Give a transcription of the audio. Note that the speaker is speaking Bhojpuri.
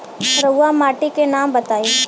रहुआ माटी के नाम बताई?